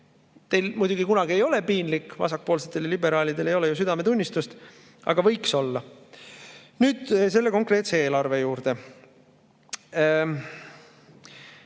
Teil muidugi kunagi ei ole piinlik. Vasakpoolsetel ja liberaalidel ei ole ju südametunnistust, aga võiks olla. Nüüd selle konkreetse eelarve juurde.